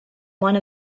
one